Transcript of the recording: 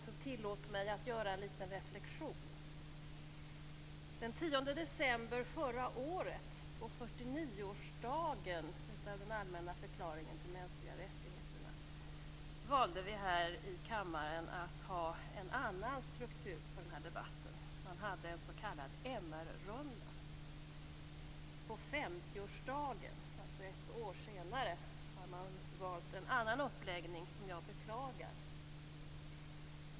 Den 10 december förra året, på 49-årsdagen av den allmänna förklaringen av de mänskliga rättigheterna, valde vi här i kammaren att ha en annan struktur på den här debatten. Man hade en s.k. MR-runda. På 50-årsdagen, alltså ett år senare, har man valt en annan uppläggning, vilket jag beklagar.